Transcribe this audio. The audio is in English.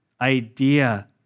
idea